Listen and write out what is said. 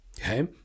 Okay